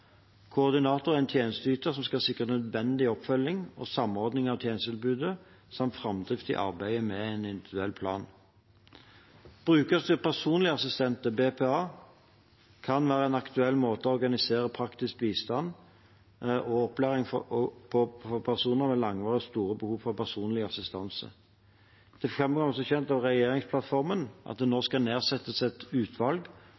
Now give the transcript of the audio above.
Koordinator er en tjenesteyter som skal sikre nødvendig oppfølging og samordning av tjenestetilbudet, samt framdrift i arbeidet med individuell plan. Brukerstyrt personlig assistanse, BPA, kan være en aktuell måte å organisere praktisk bistand og opplæring på for personer med langvarig og stort behov for personlig assistanse. Det framkommer som kjent av regjeringsplattformen at det